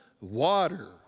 water